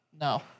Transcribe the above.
No